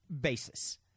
basis